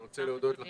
אני רוצה להודות לך,